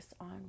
on